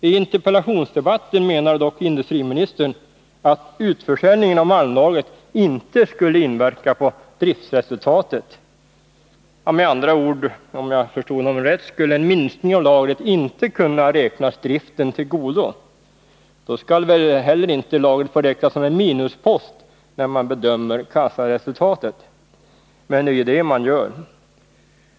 I interpellationsdebatten menade dock industriministern att utförsäljningen av malmlagret inte skulle inverka på driftsresultatet. Med andra ord — om jag förstod honom rätt — skulle en minskning av lagret inte kunna räknas driften till godo. Då skall inte heller lagret få räknas som en minuspost, när man bedömer kassaresultatet. Men det är ju det man gör.